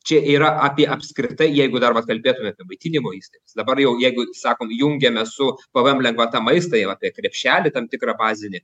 čia yra apie apskritai jeigu dar vat kalbėtume apie maitinimo įstai dabar jau jeigu sakom jungiame su pvm lengvata maistą ir apie krepšelį tam tikrą bazinį